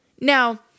Now